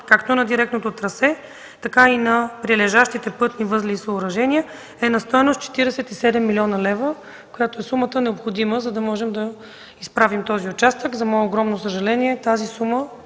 както на директното трасе, така и на прилежащите пътни възли и съоръжения, е на стойност 47 млн. лв., която сума е необходима, за да можем да изправим този участък. За мое огромно съжаление тази сума